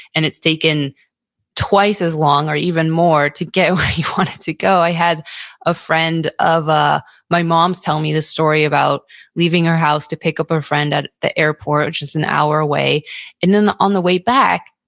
and it's taken twice as long or even more to get where he wanted to go. i had a friend of ah my mom's telling me the story about leaving her house to pick up her friend at the airport, which is an hour away. and then on the way back,